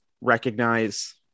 recognize